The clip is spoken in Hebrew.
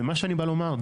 ומה שאני בא לומר,